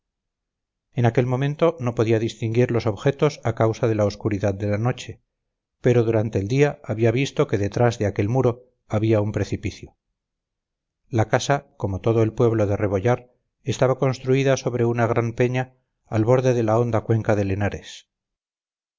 en aquel momento no podía distinguir los objetos a causa de la oscuridad de la noche pero durante el día había visto que detrás de aquel muro había un precipicio la casa como todo el pueblo de rebollar estaba construida sobre una gran peña al borde de la honda cuenca del henares